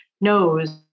knows